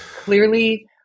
clearly